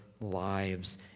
lives